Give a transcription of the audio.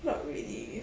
what really